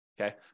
Okay